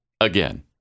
again